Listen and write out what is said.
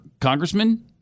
Congressman